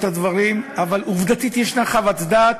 אבל עובדתית ישנה חוות דעת,